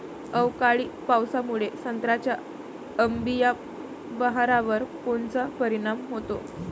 अवकाळी पावसामुळे संत्र्याच्या अंबीया बहारावर कोनचा परिणाम होतो?